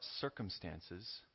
circumstances